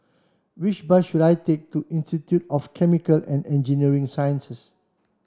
which bus should I take to Institute of Chemical and Engineering Sciences